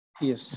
Yes